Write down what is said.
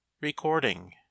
Recording